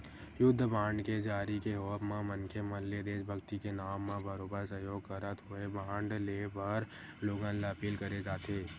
युद्ध बांड के जारी के होवब म मनखे मन ले देसभक्ति के नांव म बरोबर सहयोग करत होय बांड लेय बर लोगन ल अपील करे जाथे